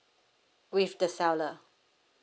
with the seller